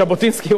ז'בוטינסקי,